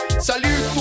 Salut